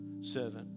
servant